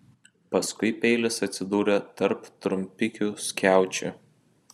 paskui peilis atsidūrė tarp trumpikių skiaučių